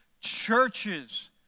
churches